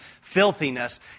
filthiness